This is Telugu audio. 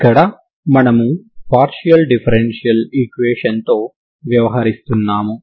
ఇక్కడ మనము పార్షియల్ డిఫరెన్షియల్ ఈక్వేషన్ తో వ్యవహరిస్తున్నాము